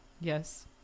Yes